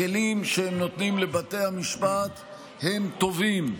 הכלים שנותנים לבתי המשפט הם טובים.